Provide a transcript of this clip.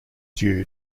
due